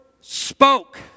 spoke